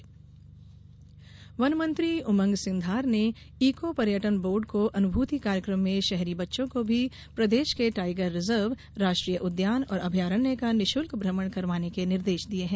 अनुभूति कैंप वन मंत्री उमंग सिंघार ने ईको पर्यटन बोर्ड को अनुभूति कार्यक्रम में शहरी बच्चों को भी प्रदेश के टाईगर रिजर्व राष्ट्रीय उद्यान और अभयारण्य का निःशुल्क भ्रमण करवाने के निर्देश दिये हैं